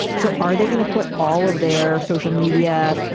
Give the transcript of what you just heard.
so are they going to put all of their social media,